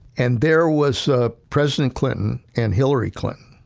and there was ah president clinton and hillary clinton,